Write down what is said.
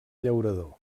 llaurador